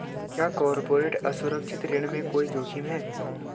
क्या कॉर्पोरेट असुरक्षित ऋण में कोई जोखिम है?